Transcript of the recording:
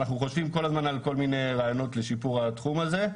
אנחנו חושבים כל הזמן על כל מיני רעיונות לשיפור התחום הזה.